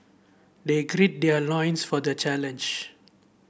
they gird their loins for the challenge